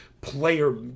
player